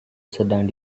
sedang